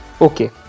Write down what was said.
Okay